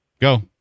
Go